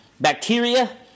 bacteria